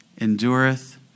endureth